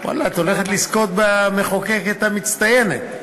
ואללה, את הולכת לזכות ב"המחוקקת המצטיינת"